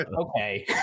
okay